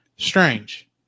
Strange